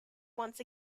once